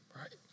right